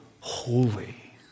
holy